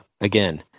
again